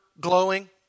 glowing